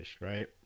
right